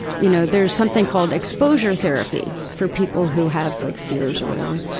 you know, there's something called exposure therapy. for people who have like fears or whatever.